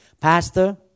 Pastor